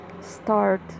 start